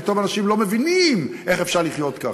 פתאום אנשים לא מבינים איך אפשר לחיות ככה.